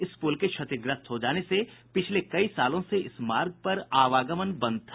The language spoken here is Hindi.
इस पुल के क्षतिग्रस्त हो जाने से पिछले कई सालों से इस मार्ग पर आवागमन बंद था